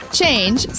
change